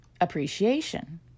appreciation